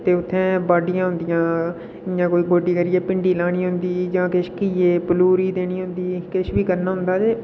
ते उत्थें बाड़ियां होंदियां में गोड्डी करियै भिंडी लानी होंदी किश घीए गी पलूरी देनी होंदी किश बी करना होंदा ते